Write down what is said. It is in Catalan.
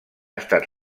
estat